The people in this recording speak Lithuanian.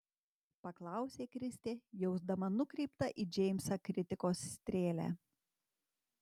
paklausė kristė jausdama nukreiptą į džeimsą kritikos strėlę